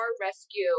Rescue